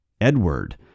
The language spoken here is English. Edward